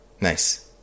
Nice